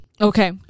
Okay